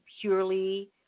Purely